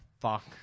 fuck